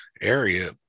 area